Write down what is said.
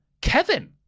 Kevin